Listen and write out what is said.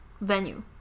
venue